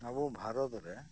ᱟᱵᱚ ᱵᱷᱟᱨᱚᱛ ᱨᱮ